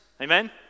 Amen